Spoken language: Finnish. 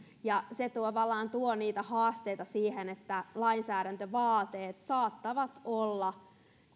se tavallaan tuo niitä haasteita siihen että lainsäädäntövaateet saattavat olla